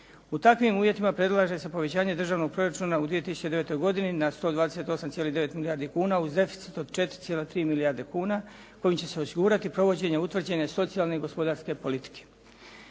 U takvim uvjetima predlaže se povećanje državnog proračuna u 2009. godini na 128,9 milijardi kuna uz deficit od 4,3 milijarde kuna kojim će se osigurati provođenje utvrđene socijalne i gospodarske politike.